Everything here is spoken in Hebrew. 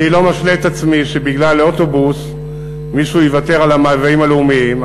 אני לא משלה את עצמי שבגלל אוטובוס מישהו יוותר על המאוויים הלאומיים,